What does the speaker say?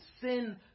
Sin